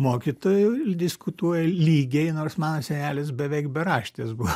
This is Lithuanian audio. mokytoju diskutuoja lygiai nors mano senelis beveik beraštis buvo